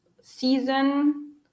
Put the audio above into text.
season